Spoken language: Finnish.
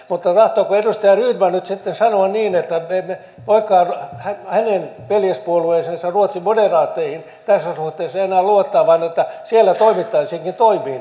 mutta tahtooko edustaja rydman nyt sitten sanoa niin että me emme voikaan hänen veljespuolueeseensa ruotsin moderaatteihin tässä suhteessa enää luottaa vaan että siellä toimittaisiinkin toisin tavoin